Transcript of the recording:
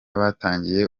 batangiye